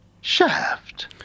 Shaft